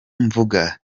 mvuga